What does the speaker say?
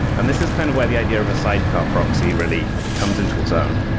and this is kind of where the idea of a sidecar proxy really comes into its own.